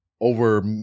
Over